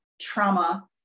trauma